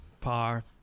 Par